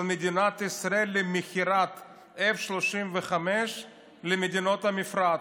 מדינת ישראל למכירת F-35 למדינות המפרץ,